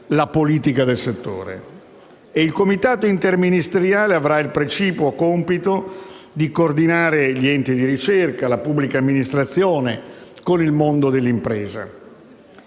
la politica del settore. E il Comitato interministeriale avrà il precipuo compito di coordinare gli enti di ricerca e la pubblica amministrazione con il mondo dell'impresa.